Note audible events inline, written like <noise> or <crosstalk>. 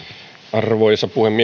arvoisa puhemies <unintelligible>